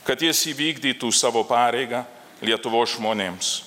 kad jis įvykdytų savo pareigą lietuvos žmonėms